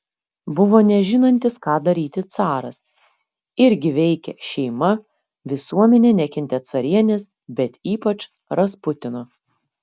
buvo nežinantis ką daryti caras irgi veikė šeima visuomenė nekentė carienės bet ypač rasputino